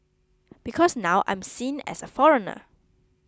because now I'm seen as a foreigner